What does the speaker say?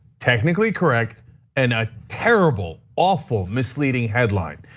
technically correct and a terrible awful misleading headline.